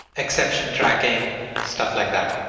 exception tracking, stuff like that.